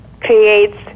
creates